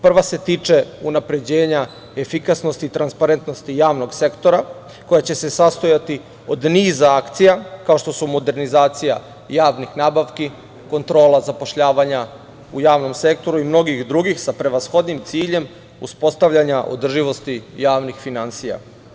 Prva se tiče unapređenja efikasnosti i transparentnosti javnog sektora koja će se sastojati od niza akcija, kao što su modernizacija javnih nabavki, kontrola zapošljavanja u javnom sektoru i mnogih drugih sa prevashodnim ciljem uspostavljanja održivosti javnih finansija.